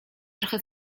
trochę